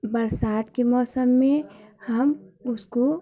बरसात के मौसम में हम उसको